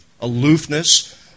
aloofness